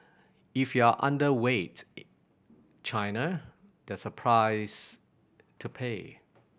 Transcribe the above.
if you are underweight China there's a price to pay